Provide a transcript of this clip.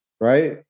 Right